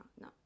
No